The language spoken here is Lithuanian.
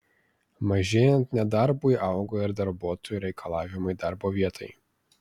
mažėjant nedarbui auga ir darbuotojų reikalavimai darbo vietai